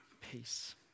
peace